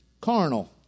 Carnal